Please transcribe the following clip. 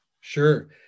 Sure